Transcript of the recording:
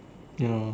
ya